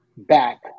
back